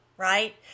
Right